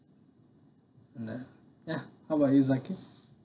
ya how about you zaki